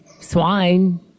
swine